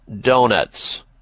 donuts